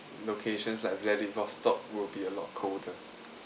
locations like vladivostok will be a lot colder